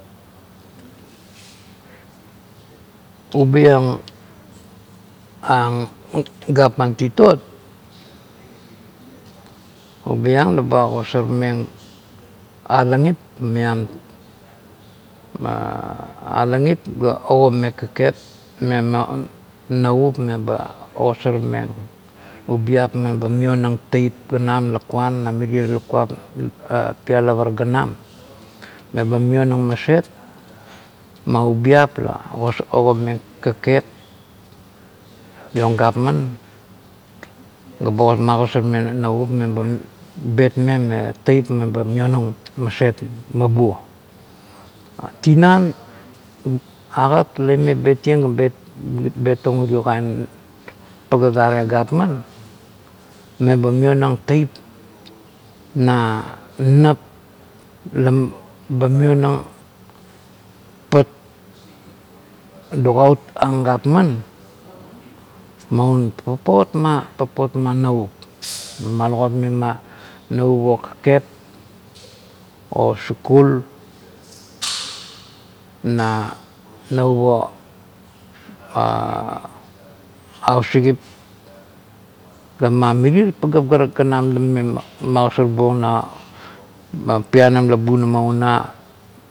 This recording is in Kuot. Ubi ieng, ang gapman titot, ubi ang leba agosarmeng alangip maiam alangip ga ogomeng kakep me maon navup meba ogosarmeng ubiap meba maion teip ganam lakuan na mirie lakuap pialap ara ganam, meba maionang maset ma ubiap la ogomeng kakep iong gapman ga ba magosarmeng navup meba betmengt meba teip ba maionang maset mabuo. Tinan, agat la ime betieng ga betong irio kain paga gare gapman meba maionang teip na nap la ba maionang pat lugaut an gapman maun papot ma- papot ma navup, ma lugautmeng navup o kakepm o sikul na navup o ausikip ga na mirie pagap ara ganam la mame magosorbuong na pianam la bunama una.